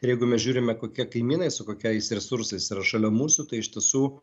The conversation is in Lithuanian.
ir jeigu mes žiūrime kokie kaimynai su kokiais resursais yra šalia mūsų tai iš tiesų